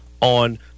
on –